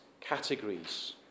categories